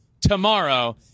tomorrow